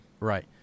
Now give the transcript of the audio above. Right